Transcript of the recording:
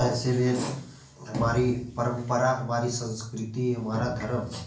ऐसे में हमारी परंपरा हमारी संस्कृति हमारा धर्म